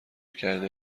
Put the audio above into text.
کرده